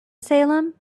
salem